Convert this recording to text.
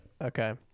Okay